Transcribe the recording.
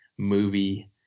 movie